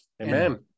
Amen